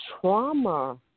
trauma